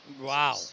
wow